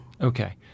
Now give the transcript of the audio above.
Okay